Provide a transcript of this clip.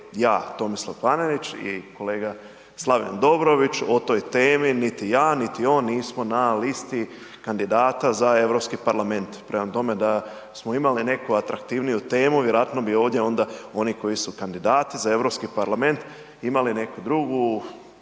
ja Tomislav Panenić i kolega Slaven Dobrović o toj temi, niti ja, niti on nismo na listi kandidata za Europski parlament. Prema tome, da smo imali neku atraktivniju temu, vjerojatno bi ovdje onda oni koji su kandidati za Europski parlament imali neku drugu